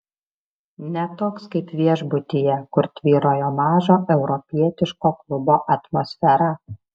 ne toks kaip viešbutyje kur tvyrojo mažo europietiško klubo atmosfera